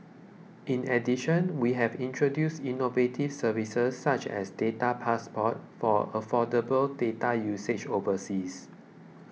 in addition we have introduced innovative services such as Data Passport for affordable data usage overseas